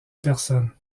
personne